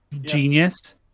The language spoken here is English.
genius